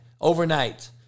overnight